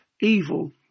evil